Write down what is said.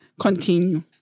continue